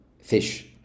fish